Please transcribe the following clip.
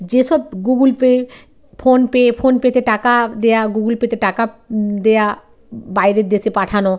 যেসব Google Pay PhonePe ফোনপেতে টাকা দেওয়া গুগল পেতে টাকা দেওয়া বাইরের দেশে পাঠানো